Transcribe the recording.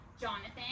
Jonathan